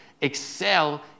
Excel